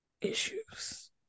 issues